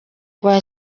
rwa